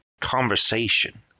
conversation